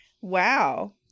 Wow